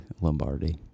Lombardi